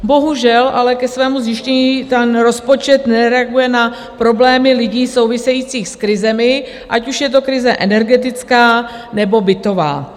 Bohužel ale ke svému (?) zjištění ten rozpočet nereaguje na problémy lidí související s krizemi, ať už je to krize energetická, nebo bytová.